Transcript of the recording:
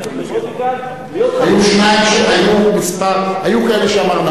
היו כאלה שנאמר,